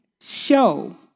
show